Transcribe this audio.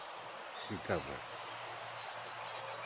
ᱪᱤᱛᱟᱵᱟᱫ